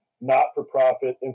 not-for-profit